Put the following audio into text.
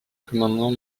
commandement